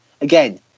Again